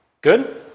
Good